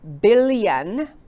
billion